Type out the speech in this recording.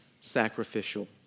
sacrificial